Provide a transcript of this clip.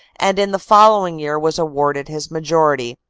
and in the following year was a varded his majority.